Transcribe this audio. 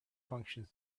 functions